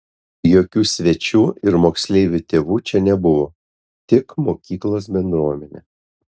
jokių svečių ir moksleivių tėvų čia nebuvo tik mokyklos bendruomenė